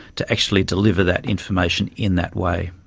to actually deliver that information in that way.